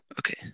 Okay